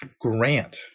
grant